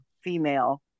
female